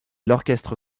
l’orchestre